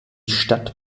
stadt